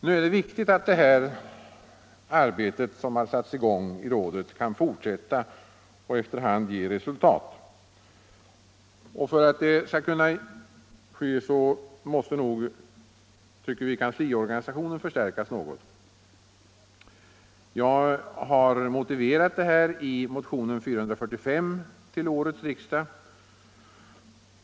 Nu är det viktigt att det arbete som har satts i gång i rådet kan fortsätta och efter hand ge resultat. För att det skall kunna ske tycker vi att kansliorganisationen måste förstärkas något. Jag har motiverat detta i motionen 44§5 till årets riksdag.